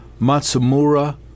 Matsumura